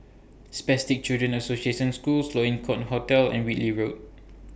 Spastic Children's Association School Sloane Court Hotel and Whitley Road